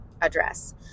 address